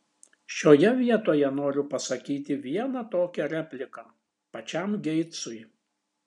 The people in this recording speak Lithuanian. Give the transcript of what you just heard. šioje vietoje noriu pasakyti vieną tokią repliką pačiam geitsui